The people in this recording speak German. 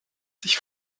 sich